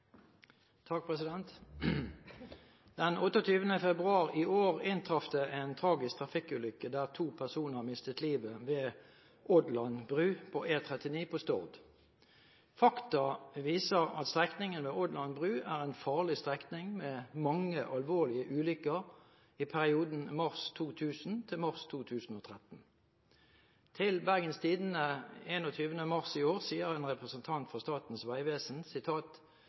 februar 2013 inntraff det en tragisk trafikkulykke der to personer mistet livet ved Ådland bru på E39 på Stord. Fakta viser at strekningen ved Ådland bru er en farlig strekning med mange alvorlige ulykker i perioden mars 2000 til mars 2013. Til Bergens Tidende den 21. mars sier en representant for Statens vegvesen: